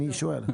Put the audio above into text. אני שואל.